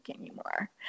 anymore